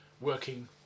working